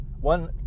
one